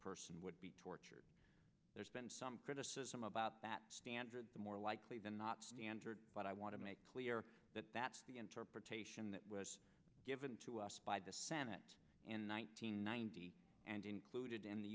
person would be tortured there's been some criticism about that standard more likely than not standard but i want to make clear that that's the interpretation that was given to us by the senate in one thousand nine hundred and included in the